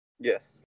Yes